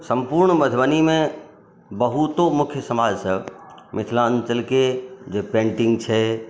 संपूर्ण मधुबनीमे बहुतो मुख्य समाज सब मिथिलाञ्चलके जे पेंटिङ्ग छै